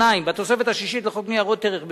2. בתוספת השישית לחוק ניירות ערך,